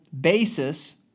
basis